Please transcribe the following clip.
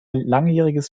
langjähriges